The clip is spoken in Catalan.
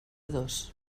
dos